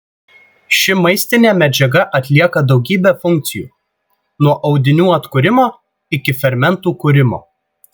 ši maistinė medžiaga atlieka daugybę funkcijų nuo audinių atkūrimo iki fermentų kūrimo